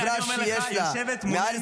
אתה לא מתייחס למה שאמרתי לפני רגע.